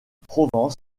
provence